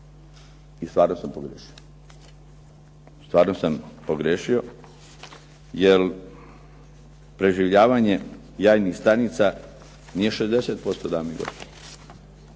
stanica 60%. I stvarno sam pogriješio. Jel preživljavanje jajnih stanica nije 60% dame i gospodo.